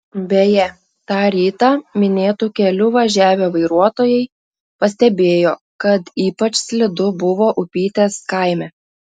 beje tą rytą minėtu keliu važiavę vairuotojai pastebėjo kad ypač slidu buvo upytės kaime